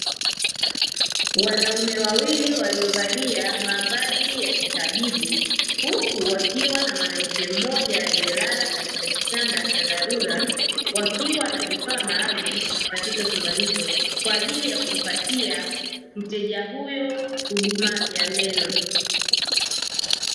Wanaume wawili waliovalia mavazi ya kitatibu huku wakiwa na mwanamke mmoja aliyelala katika kitanda cha dharura, wakiwa na vifaa maalumu katika chumba hicho kwa ajili ya kumpatia mteja huyo huduma ya meno.